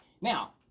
Now